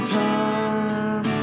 time